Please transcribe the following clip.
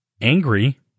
Angry